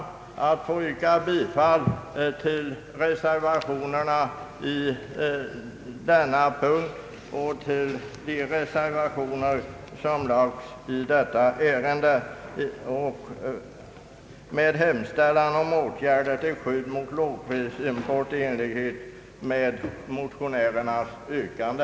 Jag ber att få yrka bifall till den nämnda reservationen med hemställan om åtgärder till skydd mot lågprisimport, i enlighet med motionärernas yrkande.